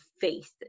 faith